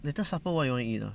later supper what you wanna eat ah